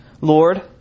Lord